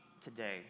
today